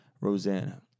Rosanna